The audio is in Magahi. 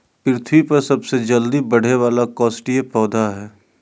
पृथ्वी पर सबसे जल्दी बढ़े वाला काष्ठिय पौधा हइ